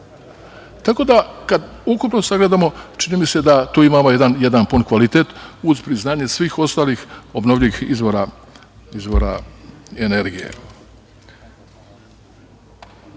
Tako da kada ukupno sagledamo čini mi se da tu imamo jedan pun kvaliteta uz priznanje svih ostalih obnovljivih izvora energije. Nadam